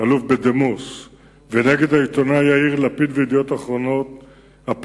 הדליף לעיתונאי יאיר לפיד מידע אישי על בנו.